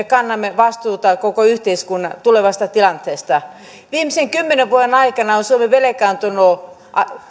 kannamme vastuuta koko yhteiskunnan tulevasta tilanteesta viimeisten kymmenen vuoden aikana suomi on velkaantunut